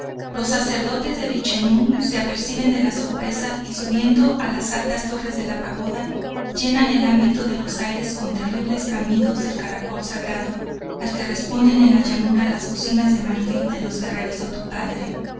los sacerdotes de vichenú se aperciben de la sorpresa y subiendo a las altas torres de la pagoda llenan el ámbito de los aires con los terribles bramidos del caracol sagrado al que responden en la llanura las bocinas de marfil de los guerreros de tu padre